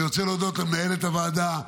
אני רוצה להודות למנהלת הוועדה,